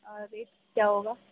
اور ریٹ کیا ہوگا